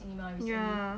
ya